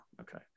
Okay